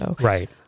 right